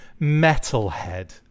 Metalhead